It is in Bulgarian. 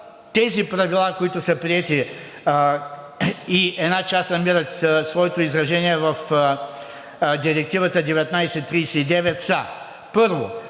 тези правила, които са приети и една част намират своето изражение в Директивата 1939, са: Първо,